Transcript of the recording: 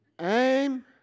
aim